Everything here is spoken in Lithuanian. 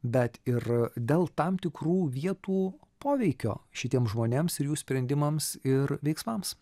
bet ir dėl tam tikrų vietų poveikio šitiem žmonėms ir jų sprendimams ir veiksmams